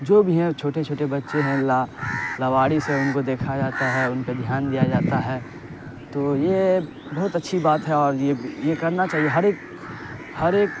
جو بھی ہیں وہ چھوٹے چھوٹے بچے ہیں لاوارث ہیں ان کو دیکھا جاتا ہے ان پہ دھیان دیا جاتا ہے تو یہ بہت اچھی بات ہے اور یہ یہ کرنا چاہیے ہر ایک ہر ایک